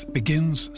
begins